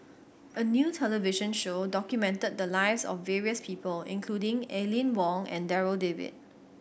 a new television show documented the lives of various people including Aline Wong and Darryl David